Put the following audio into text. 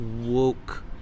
woke